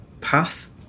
path